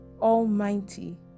almighty